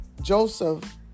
Joseph